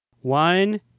One